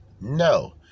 No